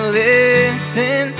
listen